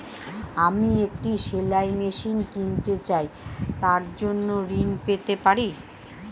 আমি একটি সেলাই মেশিন কিনতে চাই তার জন্য ঋণ পেতে পারি?